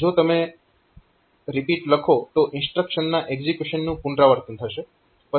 જો તમે REP લખો તો ઇન્સ્ટ્રક્શનના એક્ઝીક્યુશનનું પુનરાવર્તન થશે